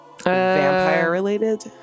vampire-related